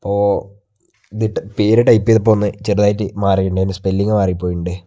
അപ്പോൾ പേര് ടൈപ്പ് ചെയ്തപ്പോൾ ഒന്ന് ചെറുതായിട്ട് മാറി പിന്നെ അതിൻ്റെ സ്പെല്ലിങ് മാറിപ്പോയിട്ടുണ്ട്